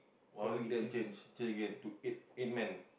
one week then change change again to eight eight man